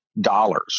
dollars